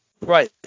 Right